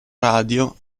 radio